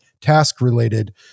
task-related